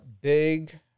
Big